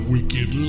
Wicked